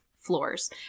floors